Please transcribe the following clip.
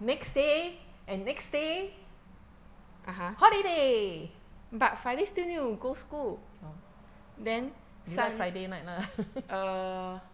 next day and next day holiday oh then you like friday night lah